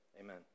Amen